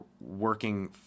working